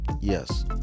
Yes